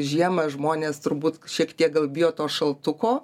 žiemą žmonės turbūt šiek tiek gal bijo to šaltuko